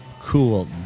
cool